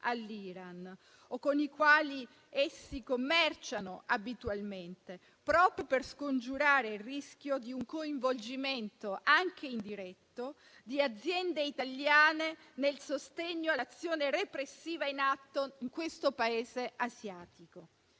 all'Iran o con i quali esso commerci abitualmente, per scongiurare il rischio di un coinvolgimento, anche indiretto, di aziende italiane nel sostegno all'azione repressiva in atto nel Paese asiatico;